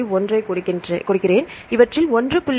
1 ஐ கொடுக்கிறேன் இவற்றில் 1